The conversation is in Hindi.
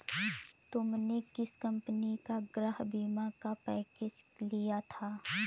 तुमने किस कंपनी का गृह बीमा का पैकेज लिया था?